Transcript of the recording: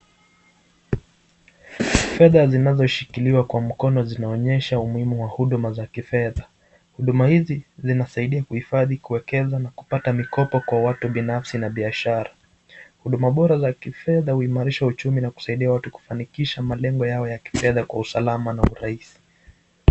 Fedha zinazoshikiliwa kwa mkono zinaonyesha umuhimu wa huduma za kifedha. Huduma hizi zinasaidia kuhifadhi kuwekeza na kupata mikopo kwa watu binafsi na biashara. Huduma bora za kifedha huimarisha uchumi na kusaidia watu kufanikisha malengo yao ya kifedha kwa usalama na urahisi.